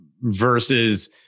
versus